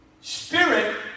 spirit